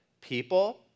people